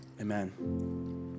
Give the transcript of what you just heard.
Amen